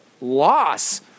loss